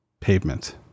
Pavement